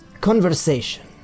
conversation